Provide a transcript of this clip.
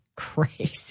Crazy